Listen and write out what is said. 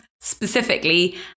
specifically